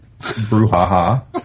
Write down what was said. brouhaha